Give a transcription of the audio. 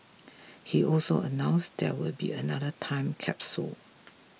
he also announced there will be another time capsule